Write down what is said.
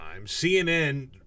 CNN